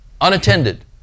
unattended